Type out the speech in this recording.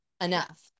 enough